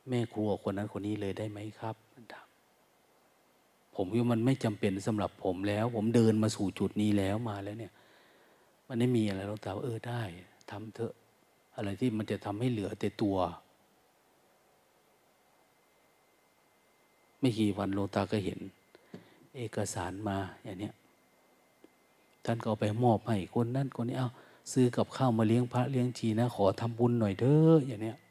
แม่ครัวคนนั้นคนนี้เลยได้ไหมครับ? มันถาม ผมว่ามันไม่จำเป็นสำหรับผมแล้ว ผมเดินมาสู่จุดนี้แล้ว มาแล้วเนี่ย มันไม่มีอะไรหรอก แต่ว่า เออ ได้ ทำเถอะ อะไรที่มันจะทำให้เหลือแต่ตัว ไม่กี่วันหลวงตาก็เห็นเอกสารมาอย่างเนี้ย ท่านก็เอาไปมอบให้คนนั้นคนนี้ เอา ซื้อกับข้าวมาเลี้ยงพระเลี้ยงชีนะ ขอทำบุญหน่อยเถอะ อย่างเนี้ย